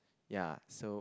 ya so